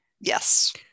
Yes